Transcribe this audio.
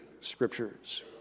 Scriptures